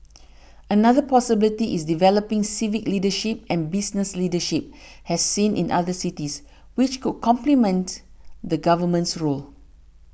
another possibility is developing civic leadership and business leadership as seen in other cities which could complement the Government's role